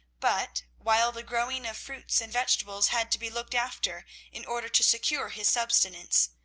but, while the growing of fruits and vegetables had to be looked after in order to secure his subsistence,